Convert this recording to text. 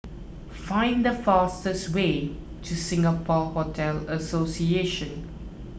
find the fastest way to Singapore Hotel Association